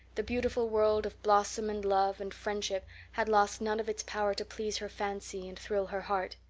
the beautiful world of blossom and love and friendship had lost none of its power to please her fancy and thrill her heart,